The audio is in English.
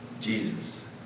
Jesus